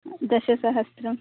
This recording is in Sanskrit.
दशसहस्रं